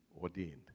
ordained